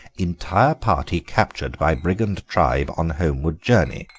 entire party captured by brigand tribe on homeward journey.